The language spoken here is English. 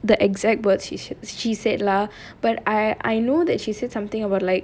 the exact words he sh~ she said lah but I I know that she said something about like